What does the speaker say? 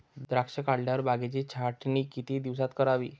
द्राक्षे काढल्यावर बागेची छाटणी किती दिवसात करावी?